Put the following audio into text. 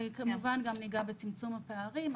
וכמובן גם ניגע בצמצום הפערים.